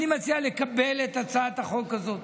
אני מציע לקבל את הצעת החוק הזאת.